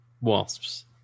wasps